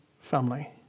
family